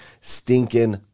stinking